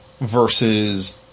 versus